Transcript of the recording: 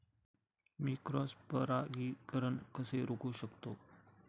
मी cross परागीकरण कसे रोखू शकतो?